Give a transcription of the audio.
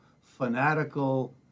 fanatical